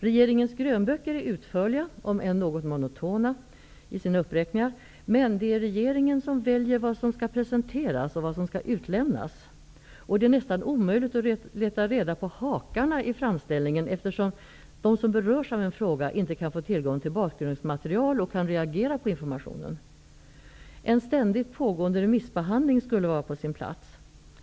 Regeringens grönböcker är utförliga, om än något monotona i sina uppräkningar. Det är dock regeringen som väljer vad som skall presenteras och vad som skall utlämnas. Det är nästan omöjligt att leta reda på hakarna i framställningen, eftersom de som berörs av en fråga inte kan få tillgång till bakgrundsmaterial så att de kan reagera på informationen. En ständigt pågpående remissbehandling skulle vara på sin plats.